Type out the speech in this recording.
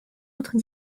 autre